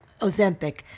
Ozempic